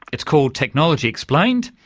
it's called technology explained.